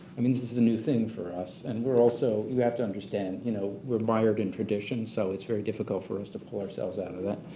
i mean this this is a new thing for us and we're also. you have to understand you know we're mired in tradition so it's very difficult for us to pull ourselves out of that.